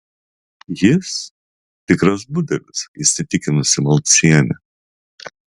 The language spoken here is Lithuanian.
jis tikras budelis įsitikinusi malcienė